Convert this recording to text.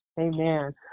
Amen